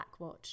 Blackwatch